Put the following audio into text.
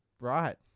right